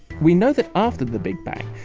we know that after the big bang,